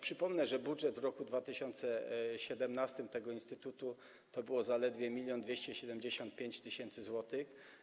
Przypomnę, że budżet roku 2017 tego instytutu to było zaledwie 1275 tys. zł.